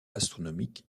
astronomique